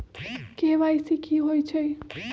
KYC कि होई छई?